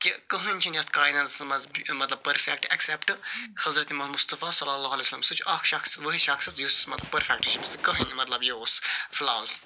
کہِ کٕہۭنۍ چھِنہٕ یتھ کایناتَس مَنٛز مَطلَب پٔرفٮ۪کٹ اٮ۪کسٮ۪پٹ حضرت محمد مُصطفیٰ صلیٰ علیہ وسلم سُہ چھِ اکھ شخص وٲحِد شخص یُس مَطلَب پٔرفٮ۪کٹ چھِ ییٚمِس نہٕ کٕہۭنۍ مَطلَب یہِ اوس فٕلاوٕز